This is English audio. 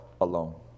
alone